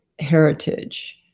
heritage